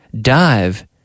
dive